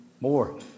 More